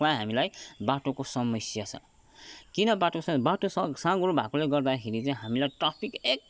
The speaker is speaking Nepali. हामीलाई बाटोको समस्या छ किन बाटोको सम बाटो साँघुरो भएकोले गर्दाखेरि यहाँ हामीलाई ट्राफिक एकदम